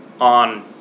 on